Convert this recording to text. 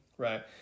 Right